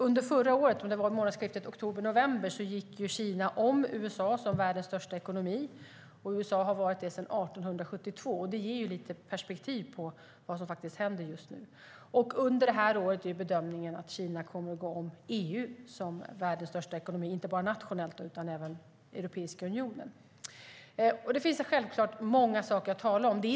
Under förra året, om det var i månadsskiftet oktober/november, gick Kina om USA som världens största ekonomi. USA har varit det sedan 1872. Det ger lite perspektiv på vad som faktiskt händer just nu. Under det här året är bedömningen att Kina kommer att gå om EU som världens största ekonomi. Det är alltså inte bara nationellt utan gäller även Europeiska unionen. Det finns självklart många saker att tala om.